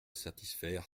satisfaire